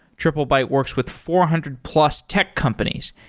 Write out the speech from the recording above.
triplebyte works with four hundred plus tech companies,